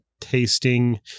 tasting